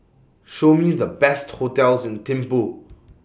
Show Me The Best hotels in Thimphu